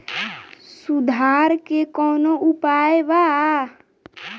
सुधार के कौनोउपाय वा?